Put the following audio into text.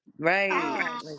right